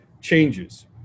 changes